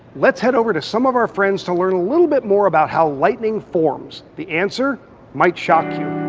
let's head over to some of our friends to learn a little bit more about how lightning forms. the answer might shock you.